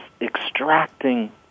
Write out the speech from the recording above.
extracting